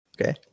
Okay